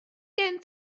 gen